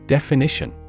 Definition